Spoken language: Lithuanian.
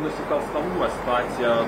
nusikalstamumo situaciją